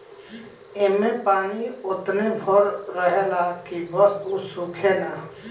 ऐमे पानी ओतने भर रहेला की बस उ सूखे ना